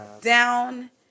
down